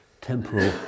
temporal